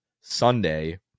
Sunday